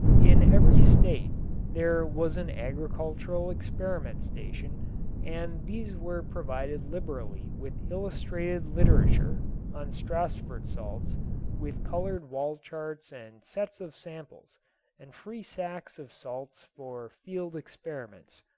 in every state there was an agricultural experiment station and these were provided liberally with illustrated literature on stassfurt salts with colored wall charts and sets of samples and free sacks of salts for field experiments.